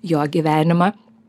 jo gyvenimą